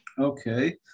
Okay